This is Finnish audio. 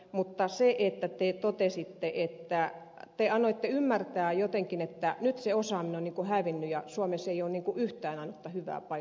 mutta se että tie totesi että te annoitte ymmärtää jotenkin että nyt se osaaminen on niin kuin hävinnyt ja suomessa ei ole yhtään ainutta hyvää paikkaa enää